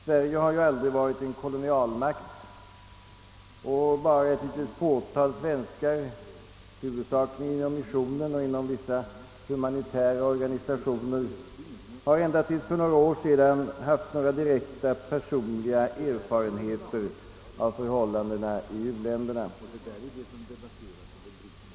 Sverige har aldrig varit en kolonialmakt, och bara ett litet fåtal svenskar, huvudsakligen inom missionen och inom vissa humanitära organisationer, har ända tills för några år sedan haft någon direkt personlig erfarenhet av förhållandena i u-länderna.